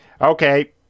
Okay